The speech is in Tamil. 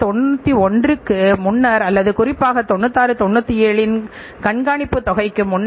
உற்பத்தியின் தரத்தை மேம்படுத்துவதற்கான மற்றொரு கருவியாக சுழற்சி நேரம் மிகவும் முக்கியமானது